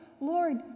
Lord